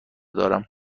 دارم